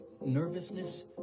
nervousness